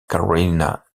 carolina